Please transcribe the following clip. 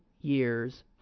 years